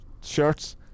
shirts